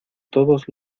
todos